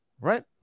right